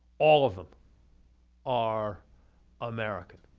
all of them are american.